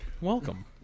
Welcome